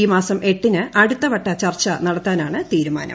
ഈ മാസം എട്ടിന് അടുത്ത വട്ട ചർച്ച നടത്താനാണ് തീരുമാനം